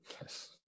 yes